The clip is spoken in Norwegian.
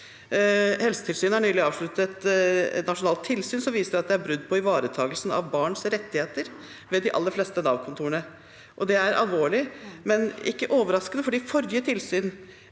Helsetilsynet har nylig avsluttet et nasjonalt tilsyn, som viser at det er brudd på ivaretakelsen av barns rettigheter ved de aller fleste Nav-kontorene. Det er alvorlig, men ikke overraskende, fordi forrige tilsyn,